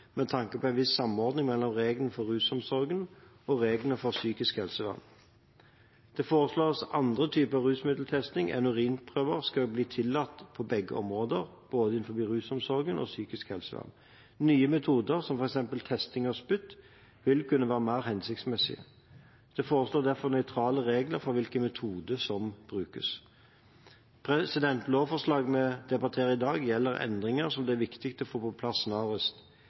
med tanke på en viss samordning mellom reglene for rusomsorgen og reglene for psykisk helsevern. Det foreslås at andre typer rusmiddeltesting enn urinprøver skal bli tillatt på begge områder, både i rusomsorgen og i psykisk helsevern. Nye metoder, som f.eks. testing av spytt, vil kunne være mer hensiktsmessige. Det foreslås derfor nøytrale regler for hvilken metode som brukes. Lovforslaget vi debatterer i dag, gjelder endringer som det er viktig å få på plass snarest.